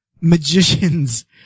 magicians